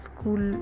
School